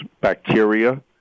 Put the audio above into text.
bacteria